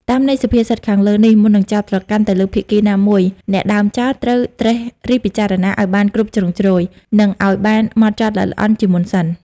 តាមន័យសុភាសិតខាងលើនេះ មុននឹងចោទប្រកាន់ទៅលើភាគីណាមួយ អ្នកដើមចោទត្រូវត្រិះរិះពិចារណាឲ្យបានគ្រប់ជ្រុងជ្រោយ និងឲ្យបានហ្មត់ចត់ល្អិតល្អន់ជាមុនសិន ។